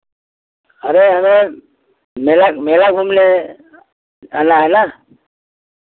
अरे हमें मेला मेला घूमने आना है ना